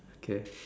okay